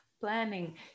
Planning